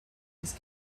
his